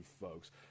folks